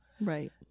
Right